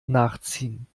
nachziehen